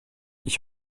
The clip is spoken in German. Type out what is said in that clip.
ich